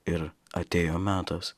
ir atėjo metas